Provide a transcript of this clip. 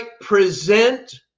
present